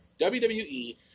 WWE